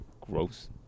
Gross